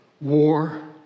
War